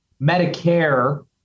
Medicare